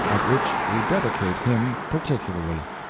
at which we dedicate him particularly.